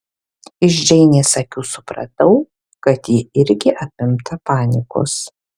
iš džeinės akių supratau kad ji irgi apimta panikos